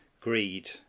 greed